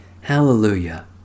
Hallelujah